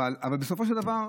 אבל בסופו של דבר,